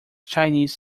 chinese